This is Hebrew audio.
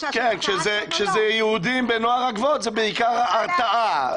כשזה יהודים בנוער הגבעות זה בעיקר הרתעה.